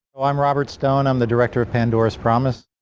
i'm i'm robert stone i'm the director of pandora's promise.